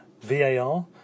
VAR